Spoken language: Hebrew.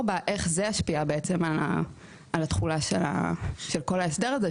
בה איך זה ישפיע על התחולה של כל ההסדר הזה,